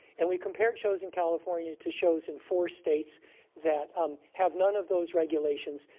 and we compared shows in california to shows in four states that um have none of those regulations,